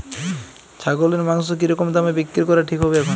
ছাগলের মাংস কী রকম দামে বিক্রি করা ঠিক হবে এখন?